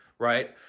Right